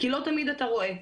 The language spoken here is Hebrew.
כי לא תמיד אתה רואה.